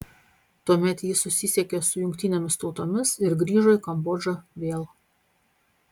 tuomet ji susisiekė su jungtinėmis tautomis ir grįžo į kambodžą vėl